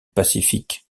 pacifique